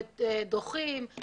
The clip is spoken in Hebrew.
דוחים,